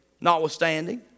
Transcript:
notwithstanding